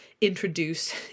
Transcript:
introduce